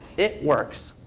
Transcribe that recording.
it works.